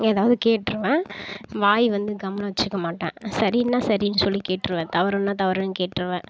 எதாவது கேட்டுருவன் வாய் வந்து கம்முன்னு வச்சுக்க மாட்டேன் சரின்னா சரின்னு சொல்லி கேட்டுருவன் தவறுனா தவருன்னு கேட்டுருவன்